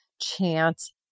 chance